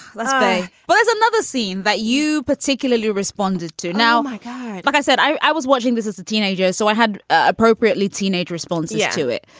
let's say but there's another scene that you particularly responded to now, my guy, like i said, i i was watching this as a teenager, so i had appropriately teenage response yeah to it.